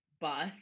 bus